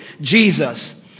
Jesus